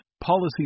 Policy